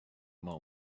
moment